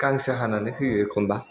गांसो हानानै होयो एखनबा